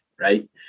Right